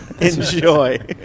Enjoy